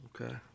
Okay